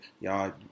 y'all